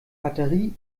batterie